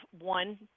one